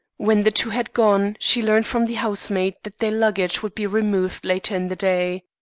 when the two had gone she learnt from the housemaid that their luggage would be removed later in the day.